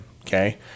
okay